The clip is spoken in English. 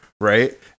right